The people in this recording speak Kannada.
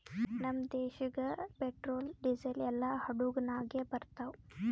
ನಮ್ದು ದೇಶಾಗ್ ಪೆಟ್ರೋಲ್, ಡೀಸೆಲ್ ಎಲ್ಲಾ ಹಡುಗ್ ನಾಗೆ ಬರ್ತಾವ್